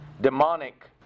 demonic